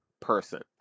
person